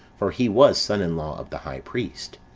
for he was son in law of the high priest.